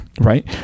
right